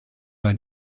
bei